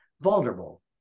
vulnerable